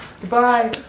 Goodbye